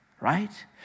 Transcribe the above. right